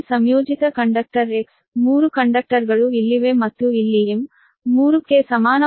ಈ ಸಂಯೋಜಿತ conductor X ಮೂರು ಕಂಡಕ್ಟರ್ಗಳು ಇಲ್ಲಿವೆ ಮತ್ತು ಇಲ್ಲಿ m 3 ಕ್ಕೆ ಸಮಾನವಾಗಿರುತ್ತದೆ ಮತ್ತು n 2